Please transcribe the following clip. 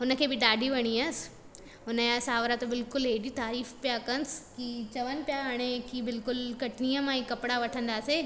हुनखे बि ॾाढी वणी हुयसि हुन या सावरा त बिल्कुल एॾी तारीफ़ पिया कंसि की चवन पिया हाणे की बिल्कुलु कटनीअ मां ई कपिड़ा वठंदासीं